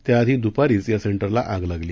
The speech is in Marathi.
त्याआधी दूपारीच या सेंटरला आग लागली